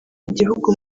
igihugu